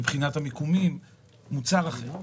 מבחינת המיקומים מוצר אחר,